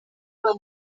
abana